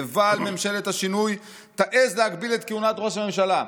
לבל ממשלת השינוי תעז להגביל את כהונת ראש הממשלה.